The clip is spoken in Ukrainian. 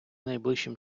найближчим